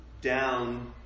down